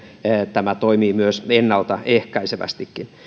tämä toimii myös ennalta ehkäisevästikin